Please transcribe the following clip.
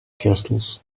castles